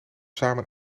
samen